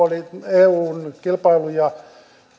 eun kilpailu ja